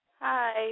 Hi